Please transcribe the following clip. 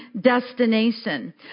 destination